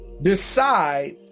decide